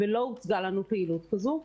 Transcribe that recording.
ולא הוצגה לנו פעילות כזו.